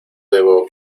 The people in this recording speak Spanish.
debo